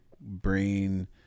brain